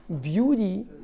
beauty